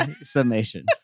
summation